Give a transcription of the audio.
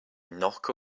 knock